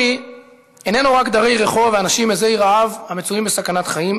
עוני איננו רק דרי רחוב ואנשים מזי רעב המצויים בסכנת חיים,